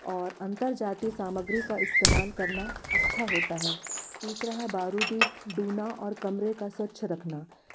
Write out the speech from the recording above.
और अंतरजातीय सामग्री का इस्तेमाल करना अच्छा होता है तीसरा है बारूदी डूना और कमरे का स्वच्छ रखना